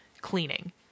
cleaning